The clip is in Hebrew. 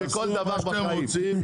תעשו מה שאתם רוצים,